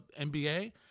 NBA